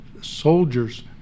soldiers